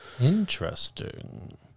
Interesting